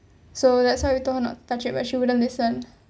so that's how we don't want her touch it but she wouldn't listen